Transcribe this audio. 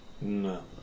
No